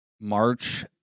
March